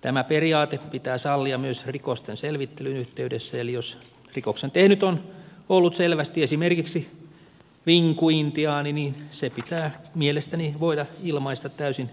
tämä periaate pitää sallia myös rikosten selvittelyn yhteydessä eli jos rikoksen tehnyt on ollut selvästi esimerkiksi vinkuintiaani se pitää mielestäni voida ilmaista täysin